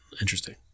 interesting